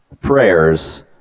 prayers